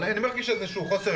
אבל אני מרגיש איזשהו